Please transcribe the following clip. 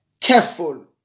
careful